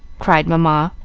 cried mamma,